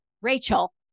Rachel